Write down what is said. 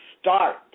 start